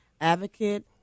advocate